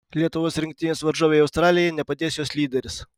lietuvos rinktinės varžovei australijai nepadės jos lyderis